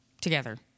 together